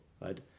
right